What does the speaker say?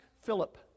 Philip